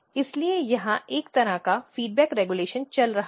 इसलिए यहां एक तरह का फीडबैक रेगुलेशन चल रहा है